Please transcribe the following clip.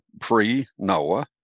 pre-Noah